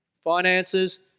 Finances